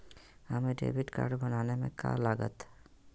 हमें debit card बनाने में का लागत?